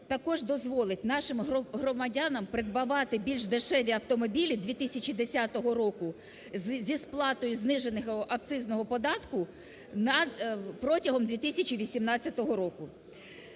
також дозволить нашим громадянам придбавати більш дешеві автомобілі 2010 року зі сплатою зниженого акцизного податку протягом 2018 року.